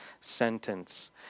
sentence